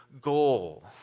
goal